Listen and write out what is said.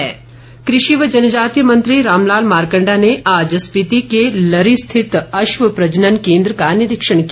मारकंडा कृषि व जनजातीय मंत्री रामलाल मारकंडा ने आज स्पिति के लरी स्थित अश्व प्रजनन केन्द्र का निरीक्षण किया